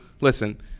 Listen